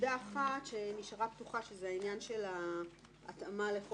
נקודה אחת שנשארה פתוחה והיא עניין ההתאמה לחוק חינוך מיוחד.